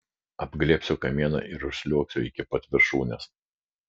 apglėbsiu kamieną ir užsliuogsiu iki pat viršūnės